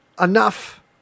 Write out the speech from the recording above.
Enough